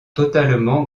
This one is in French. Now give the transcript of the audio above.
totalement